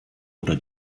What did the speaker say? oder